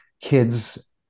kids